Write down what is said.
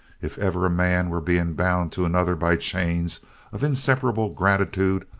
if ever a man were being bound to another by chains of inseparable gratitude,